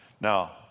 Now